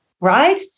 Right